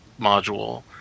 module